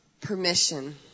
permission